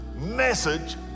message